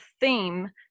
theme